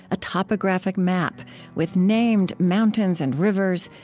a topographic map with named mountains and rivers,